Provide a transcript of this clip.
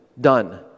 Done